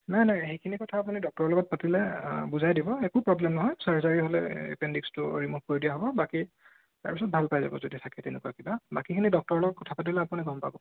নাই নাই সেইখিনি কথা আপুনি ডক্টৰৰ লগত পাতিলে বুজাই দিব একো প্ৰ'ব্লেম নহয় চাৰ্জাৰী হ'লে এপেণ্ডিক্সটো ৰিমুভ কৰি দিয়া হ'ব বাকী তাৰপিছত ভাল পাই যাব যদি থাকে তেনেকুৱা কিবা বাকীখিনি ডক্টৰৰ লগত কথা পাতিলে আপুনি গম পাব